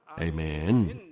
Amen